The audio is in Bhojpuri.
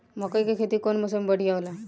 मकई के खेती कउन मौसम में बढ़िया होला?